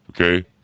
okay